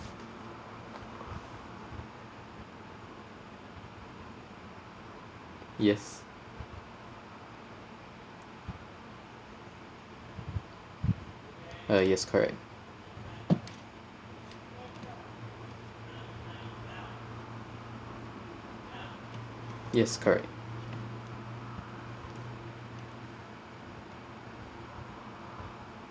yes